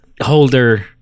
holder